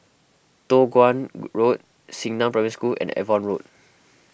Toh Guan Road Xingnan Primary School and Avon Road